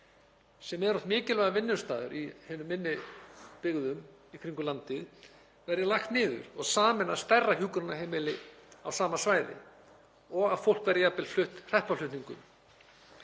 sem er oft mikilvægur vinnustaður í hinum minni byggðum í kringum landið, verði lagt niður og sameinað stærra hjúkrunarheimili á sama svæði og að fólk verði jafnvel flutt hreppaflutningum.